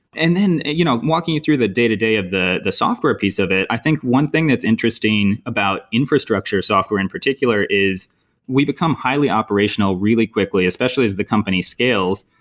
and then you know walking through the day-to-day of the the software piece of it, i think one thing that's interesting about infrastructure software in particular is we become highly operational really quickly, especially as the company scales.